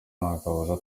ntakabuza